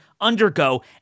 undergo